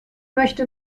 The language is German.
möchte